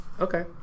okay